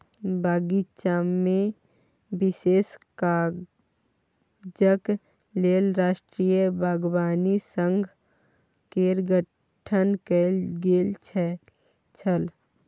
बगीचामे विशेष काजक लेल राष्ट्रीय बागवानी संघ केर गठन कैल गेल छल